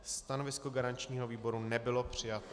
Stanovisko garančního výboru nebylo přijato.